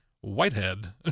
whitehead